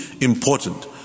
important